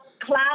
cloud